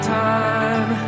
time